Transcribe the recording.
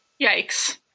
Yikes